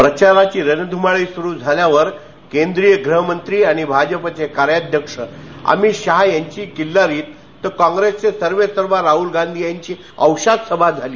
प्रचाराची रणधुमाळी सुरू झाल्यावर केंद्रीय गृहमंत्री आणि भाजपाचे कार्याध्यक्ष अमित शहा यांची किल्लारीत तर कॉप्रेसचे सर्वेसर्वा राहल गाधी याची औशात सभा झाली